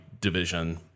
division